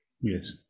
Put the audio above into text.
Yes